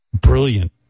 Brilliant